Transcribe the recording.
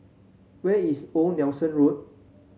where is Old Nelson Road